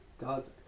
God's